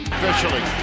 Officially